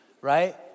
Right